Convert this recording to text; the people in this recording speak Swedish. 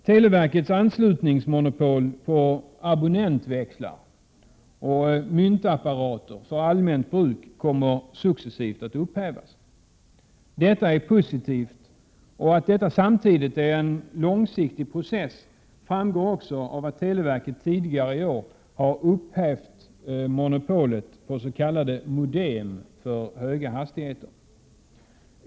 Televerkets anslutningsmonopol på abonnentväxlar och myntapparater för allmänt bruk kommer successivt att upphävas. Detta är positivt. Att detta är en långsiktig process framgår också av att televerket tidigare i år har upphävt monopolet på så kallade modem för höga hastigheter.